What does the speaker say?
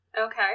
Okay